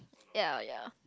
ya ya